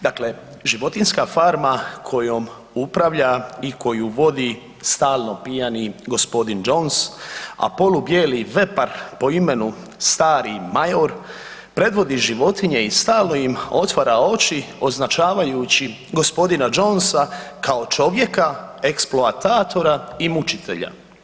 Dakle, „Životinjska farma“ kojom upravlja i koju vodi stalno pijani g. Johns, a polubijeli vepar po imenu Stari Major predvodi životinje i stalno im otvara oči označavajući g. Johnsa kao čovjeka eksploatatora i mučitelja.